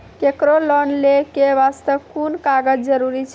केकरो लोन लै के बास्ते कुन कागज जरूरी छै?